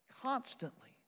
constantly